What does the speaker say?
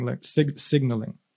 signaling